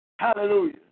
Hallelujah